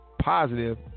positive